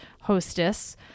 hostess